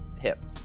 hip